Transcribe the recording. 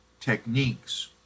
techniques